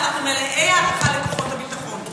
ואנחנו מלאי הערכה לכוחות הביטחון.